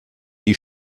die